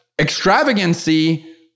extravagancy